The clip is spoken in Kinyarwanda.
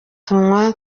tunywa